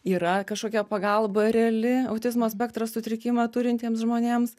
yra kažkokia pagalba reali autizmo spektro sutrikimą turintiems žmonėms